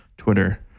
Twitter